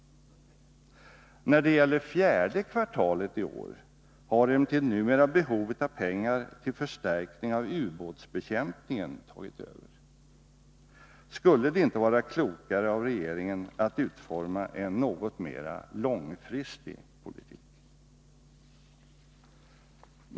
När det gäller fjärde kvartalet i år har emellertid numera behovet av pengar till förstärkning av ubåtsbekämpningen tagit över. Skulle det inte vara klokare av regeringen att utforma en något mera långsiktig politik?